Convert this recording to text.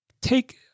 take